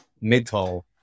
metal